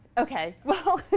ok, well